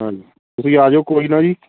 ਹਾਂਜੀ ਤੁਸੀਂ ਆ ਜਾਇਓ ਕੋਈ ਨਾ ਜੀ